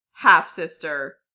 half-sister